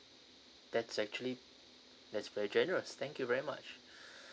that's actually that's very generous thank you very much